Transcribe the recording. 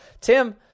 Tim